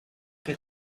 que